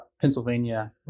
Pennsylvania